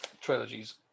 trilogies